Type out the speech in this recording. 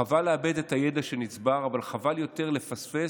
חבל לאבד את הידע שנצבר, אבל חבל יותר לפספס